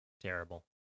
Terrible